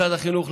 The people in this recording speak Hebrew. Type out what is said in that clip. משרד החינוך,